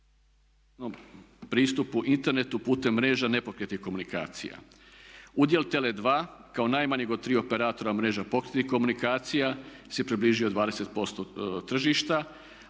pristupu internetu putem mreža nepokretnih komunikacija. Udjel TELE2 kao najmanjeg od tri operatora mreža pokretnih komunikacija si je približio 20% tržišta